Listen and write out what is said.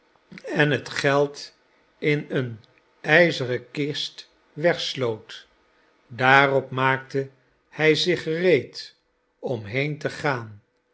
en het geld in eene ijzeren kist wegsloot daarop maakte hij zich gereed om heen te gaan